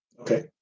Okay